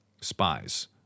spies